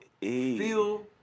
feel